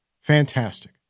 fantastic